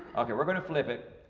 okay we're gonna flip it.